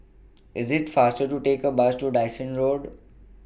IS IT faster to Take A Bus to Dyson Road